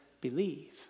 believe